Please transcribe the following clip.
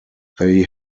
they